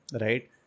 Right